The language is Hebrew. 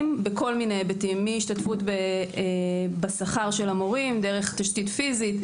בכל מיני היבטים מהשתתפות בשכר של המורים דרך תשתית פיזית,